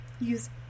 use